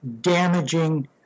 damaging